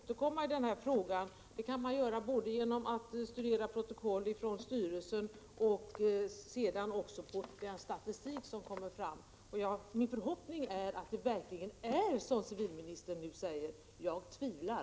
Herr talman! Det finns säkert anledning att återkomma i den här frågan. Det kan man göra genom att studera protokoll från styrelsen och även den statistik som kommer fram. Min förhoppning är att det verkligen är som civilministern säger, men jag tvivlar.